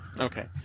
Okay